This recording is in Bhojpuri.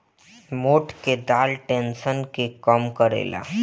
मोठ के दाल टेंशन के कम करेला